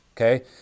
Okay